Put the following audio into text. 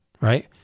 Right